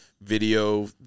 video